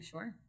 Sure